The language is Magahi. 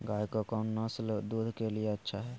गाय के कौन नसल दूध के लिए अच्छा है?